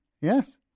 Yes